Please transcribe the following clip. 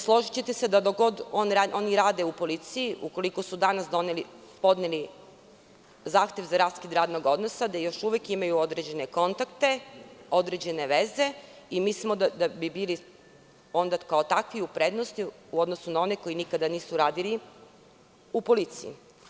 Složićete se da dok god oni rade u policiji, ukoliko su danas podneli zahtev za raskid radnog odnosa, da još uvek imaju određene kontakte određene veze i mislimo da bi kao takvi bili u prednosti u odnosu na one koji nikad nisu radili u policiji.